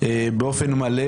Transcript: באופן מלא.